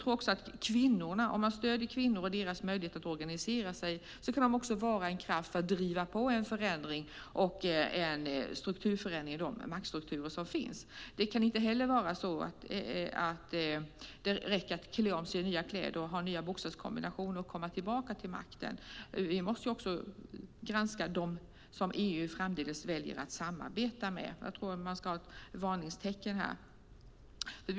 Om man stöder kvinnor och deras möjlighet att organisera sig kan man också driva på en förändring av de maktstrukturer som finns. Det räcker inte att sätta på sig nya kläder och ha nya bokstavskombinationer och komma tillbaka till makten. Vi måste också granska dem som EU framdeles väljer att samarbeta med. Jag tror att det finns anledning till varning här.